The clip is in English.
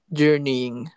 journeying